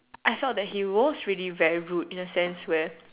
I felt that he was really very rude in a sense where